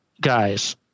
Guys